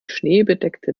schneebedeckte